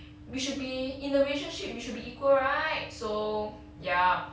we should be in the relationship we should be equal right so ya